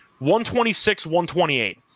126-128